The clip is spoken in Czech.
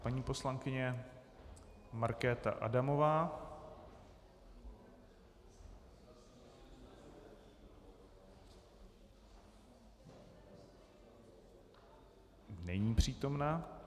Paní poslankyně Markéta Adamová není přítomna.